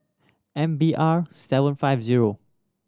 M B R seven five zero